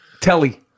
Telly